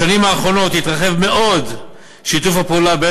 בשנים האחרונות התרחב מאוד שיתוף הפעולה בין